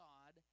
God